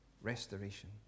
restoration